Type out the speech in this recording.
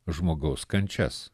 žmogaus kančias